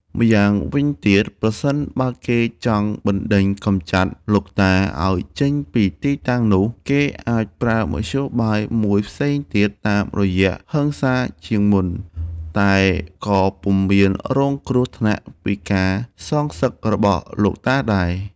ម្យ៉ាងវិញទៀត ប្រសិនបើគេចង់បណ្ដេញកំចាត់លោកតាឱ្យចេញពីទីតាំងនោះ គេអាចប្រើមធ្យោបាយមួយផ្សេងទៀតតាមរបៀបហិង្សាជាងមុន តែក៏ពុំមានរងគ្រោះថ្នាក់ពីការសងសឹករបស់លោកតាដែរ។